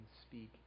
speak